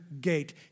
gate